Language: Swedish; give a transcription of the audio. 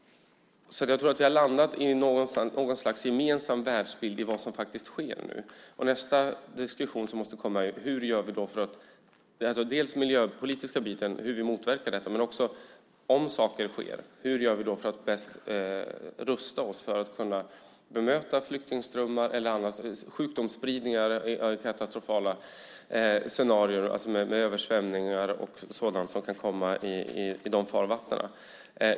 Vi har landat i någon slags gemensam världsbild av vad som faktiskt sker nu. Nästa diskussion som måste komma är hur vi motverkar den miljöpolitiska biten och, om saker sker, hur vi bäst ska rusta oss för att kunna bemöta flyktingströmmar, sjukdomsspridning och katastrofala scenarier med översvämningar och sådant som kan komma i de farvattnen.